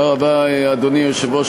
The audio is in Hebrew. אדוני היושב-ראש,